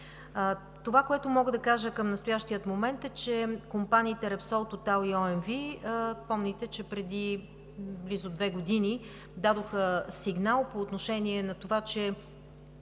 Това, което мога да кажа към настоящия момент, е, че компаниите Repsol, Total и OMV – помните, че преди близо две години дадоха сигнал по отношение на това, че